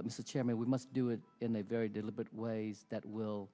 mr chairman we must do it in a very deliberate ways that will